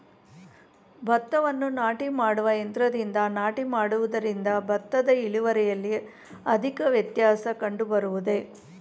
ಭತ್ತವನ್ನು ನಾಟಿ ಮಾಡುವ ಯಂತ್ರದಿಂದ ನಾಟಿ ಮಾಡುವುದರಿಂದ ಭತ್ತದ ಇಳುವರಿಯಲ್ಲಿ ಅಧಿಕ ವ್ಯತ್ಯಾಸ ಕಂಡುಬರುವುದೇ?